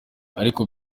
ariko